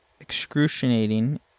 excruciating